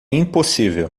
impossível